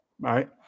right